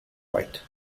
white